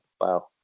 wow